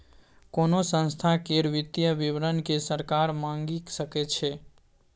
कोनो संस्था केर वित्तीय विवरण केँ सरकार मांगि सकै छै